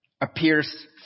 appears